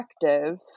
effective